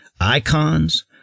icons